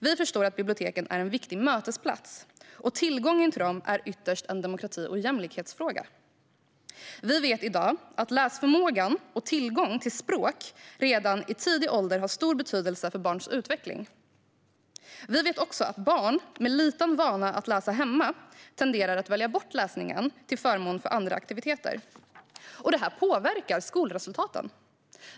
Vi förstår att biblioteken är en viktig mötesplats och att tillgången till dem ytterst är en demokrati och jämlikhetsfråga. Vi vet i dag att läsförmåga och tillgång till språk redan i tidig ålder har stor betydelse för barns utveckling. Vi vet också att barn med liten vana att läsa hemma tenderar att välja bort läsning till förmån för andra aktiviteter - och att det påverkar skolresultaten.